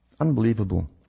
Unbelievable